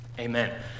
amen